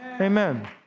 Amen